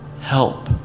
help